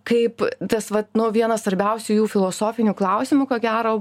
kaip tas vat nu vienas svarbiausių jų filosofinių klausimų ko gero